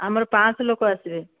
ଆମର ପାଞ୍ଚଶହ ଲୋକ ଆସିବେ